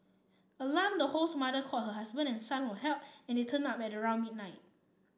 alarmed the host's mother called her husband and son for help and they turned up at around midnight